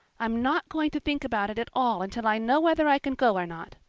i'm not going to think about it at all until i know whether i can go or not,